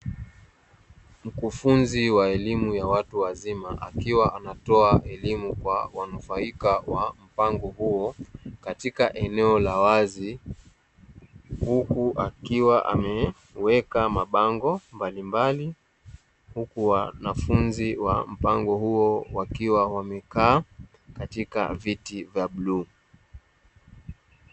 Mkufunzi wa elimu ya watu wazima, akiwa anatoa elimu kwa wanufaika wa mpango huo katika eneo la wazi. Huku akiwa ameweka mabango mbalimbali, huku wanafunzi wa mpango huo wakiwa wamekaa katika viti vya bluu.